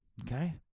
okay